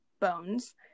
Bones